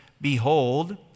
Behold